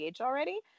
already